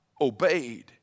obeyed